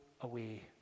away